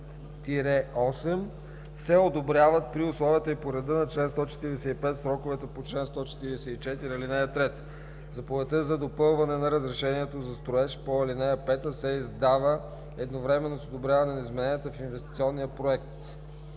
5 – 8 се одобряват при условията и по реда на чл. 145 в сроковете по чл. 144, ал. 3. Заповедта за допълване на разрешението за строеж по ал. 5 се издава едновременно с одобряване на измененията в инвестиционния проект.“